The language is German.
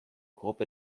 gruppe